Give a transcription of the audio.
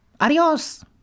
Adios